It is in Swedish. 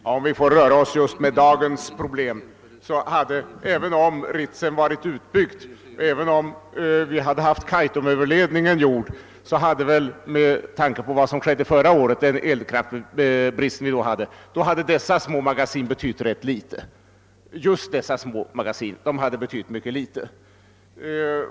Herr talman! Om vi rör oss enbart med dagens problem kan jag säga att även om Ritsem varit utbyggt och även om vi haft Kaitumöverledningen, hade, för avhjälpande av den elkraftsbrist vi led av förra året, just dessa småmagasin betytt rätt litet.